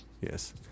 Yes